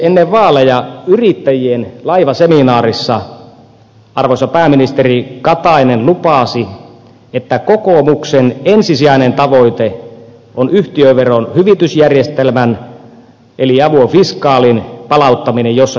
ennen vaaleja yrittäjien laivaseminaarissa arvoisa pääministeri katainen lupasi että kokoomuksen ensisijainen tavoite on yhtiöveron hyvitysjärjestelmän eli avoir fiscalin palauttaminen jossakin muodossa